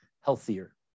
healthier